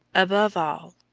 above all,